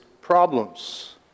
problems